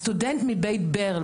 הסטודנט מבית ברל,